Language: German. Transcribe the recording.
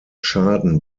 schaden